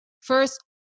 first